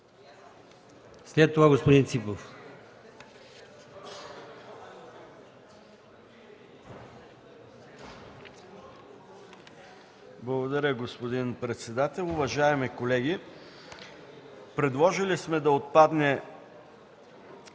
след това господин Ципов.